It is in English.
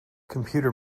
computer